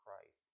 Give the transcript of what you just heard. Christ